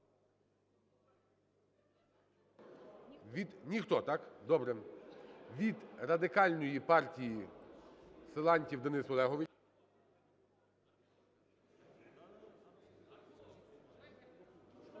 Ніхто, так? Добре. Від Радикальної партії Силантьєв Денис Олегович.